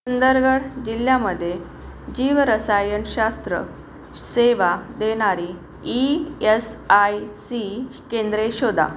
सुंदरगड जिल्ह्यामध्ये जीवरसायनशास्त्र सेवा देणारी ई एस आय सी केंद्रे शोधा